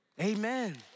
Amen